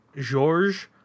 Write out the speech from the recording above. Georges